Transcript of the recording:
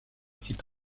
cite